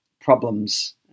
problems